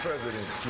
President